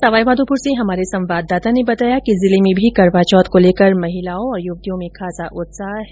सवाईमाघोपुर से हमारे संवाददाता ने बताया कि जिले में भी करवा चौथ को लेकर महिलाओं और युवतियों में खासा उत्साह है